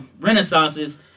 renaissances